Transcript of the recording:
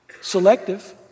selective